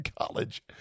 College